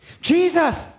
Jesus